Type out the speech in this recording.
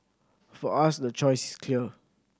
for us the choice is clear